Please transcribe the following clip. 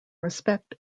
respect